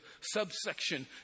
subsection